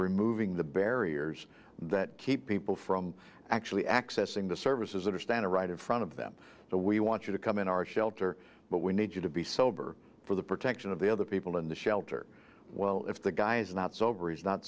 removing the barriers that keep people from actually accessing the services that are standing right in front of them so we want you to come in our shelter but we need you to be sober for the protection of the other people in the shelter well if the guy's not sober is not